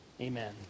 Amen